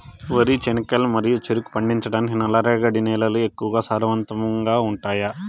వరి, చెనక్కాయలు మరియు చెరుకు పండించటానికి నల్లరేగడి నేలలు ఎక్కువగా సారవంతంగా ఉంటాయా?